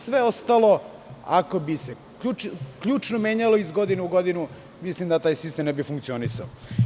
Sve ostalo, ako bi se ključno menjalo iz godine u godinu, mislim da taj sistem ne bi funkcionisao.